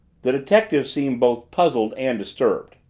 the detective seemed both puzzled and disturbed.